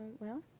well,